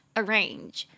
arrange